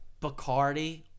Bacardi